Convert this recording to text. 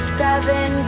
seven